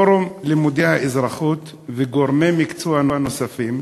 פורום לימודי האזרחות וגורמי מקצוע נוספים,